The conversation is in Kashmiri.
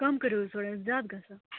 کَم کٔرِو حظ تھوڑا زیادٕ گَژھان